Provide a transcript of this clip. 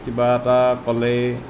কিবা এটা ক'লেই